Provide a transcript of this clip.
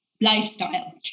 lifestyle